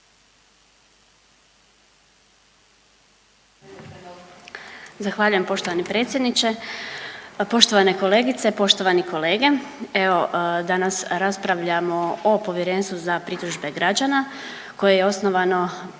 Zahvaljujem poštovani predsjedniče. Pa poštovane kolegice, poštovani kolege. Evo danas raspravljamo o Povjerenstvu za pritužbe građana koje je osnovano